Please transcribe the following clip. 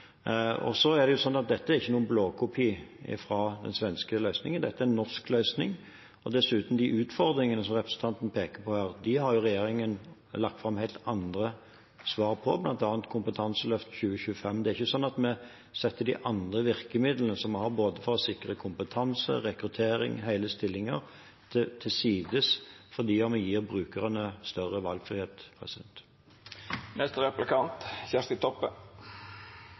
Dette er ikke en blåkopi av den svenske løsningen. Dette er en norsk løsning. Dessuten har den norske regjeringen, når det gjelder de utfordringene som representanten peker på her, lagt fram helt andre svar, bl.a. Kompetanseløft 2025. Vi setter ikke de andre virkemidlene vi har – for å sikre både kompetanse, rekruttering og hele stillinger – til side fordi vi gir brukerne større valgfrihet.